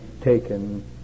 taken